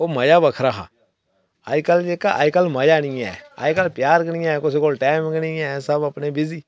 ओह् मजा बक्खरा हा अजकल मजा निं ऐ कुसै कोल टैम गै निं ऐ सब अपने बिज़ी